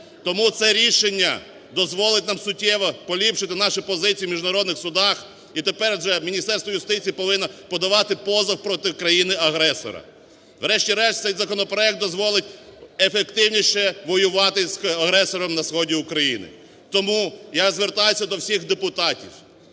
Тому це рішення дозволить нам суттєво поліпшити наші позиції в міжнародних судах. І тепер вже Міністерство юстиції повинно подавати позов проти країни-агресора. Врешті-решт цей законопроект дозволить ефективніше воювати з агресором на сході України. Тому я звертаюся до всіх депутатів,